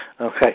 Okay